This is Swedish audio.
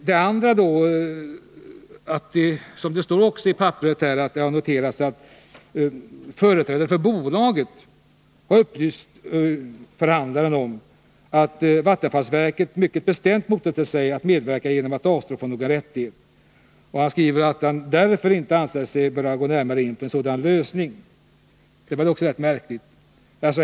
Det står också angivet att en företrädare för bolaget har upplyst förhandlaren om att Vattenfall mycket bestämt motsätter sig att medverka genom att avstå från några rättigheter och att han därför inte ansett sig kunna gå närmare in på en sådan lösning. Det är väl också rätt märkligt.